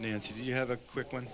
nancy you have a quick one